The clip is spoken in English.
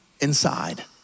inside